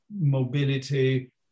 mobility